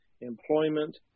employment